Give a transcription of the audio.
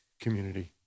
community